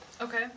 Okay